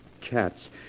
cats